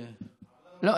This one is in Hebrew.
לא.